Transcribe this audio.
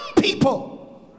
people